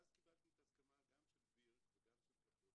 ואז קיבלתי את ההסכמה גם של בירק וגם של קפוסטה,